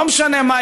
לא משנה מה,